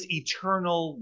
eternal